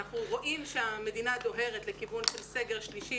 אנחנו רואים שהמדינה דוהרת לכיוון של סגר שלישי,